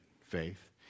faith